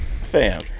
Fam